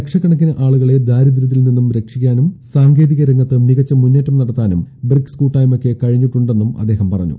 ലക്ഷക്കണക്കിന് ആളൂക്കുള്ള് ദാരിദ്ര്യത്തിൽ നിന്നും രക്ഷിക്കാനും സാങ്കേതിക രംഗത്ത് മികച്ചിമു്ന്നേറ്റം നടത്താനും ബ്രിക്സ് കൂട്ടായ്മയ്ക്ക് കഴിഞ്ഞിട്ടുണ്ടെന്നും അദ്ദേഷം പറഞ്ഞു